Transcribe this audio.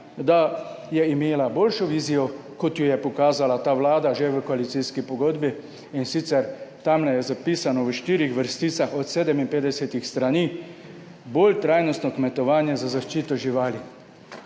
da je imela boljšo vizijo, kot jo je pokazala ta Vlada že v koalicijski pogodbi, in sicer tamle je zapisano v štirih vrsticah od 57-ih strani, bolj trajnostno kmetovanje za zaščito živali.